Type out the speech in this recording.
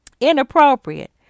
Inappropriate